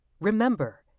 Remember